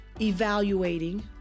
evaluating